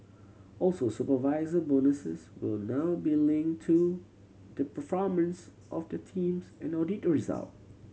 also supervisor bonuses will now be linked to the performance of the teams and audit result